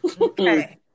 Okay